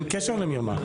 אין קשר למרמה.